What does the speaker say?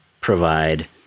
provide